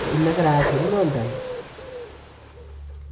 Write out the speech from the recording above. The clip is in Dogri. ते इन्ना कराया थोह्ड़े ना होंदा